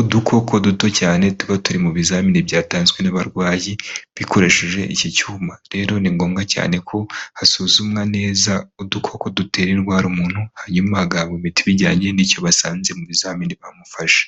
udukoko duto cyane tuba turi mu bizamini byatanzwe n'abarwayi bikoresheje iki cyuma. Rero ni ngombwa cyane ko hasuzumwa neza udukoko dutera indwara umuntu hanyuma agahabwa imiti bijyanye n'icyo basanze mu bizamini bamufashe.